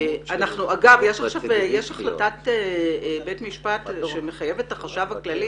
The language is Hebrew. אגב, יש החלטת בית משפט שמחייבת את החשב הכללי